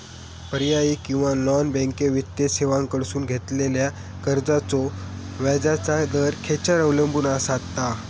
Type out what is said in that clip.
पर्यायी किंवा non banking वित्तीय सेवांकडसून घेतलेल्या कर्जाचो व्याजाचा दर खेच्यार अवलंबून आसता?